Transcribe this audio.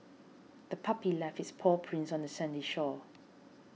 the puppy left its paw prints on the sandy shore